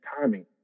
timing